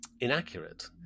inaccurate